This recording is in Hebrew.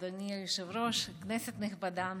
אדוני היושב-ראש, כנסת נכבדה,